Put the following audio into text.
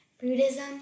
Buddhism